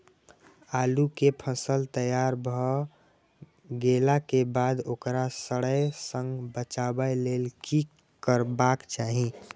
आलू केय फसल तैयार भ गेला के बाद ओकरा सड़य सं बचावय लेल की करबाक चाहि?